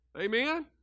Amen